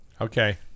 okay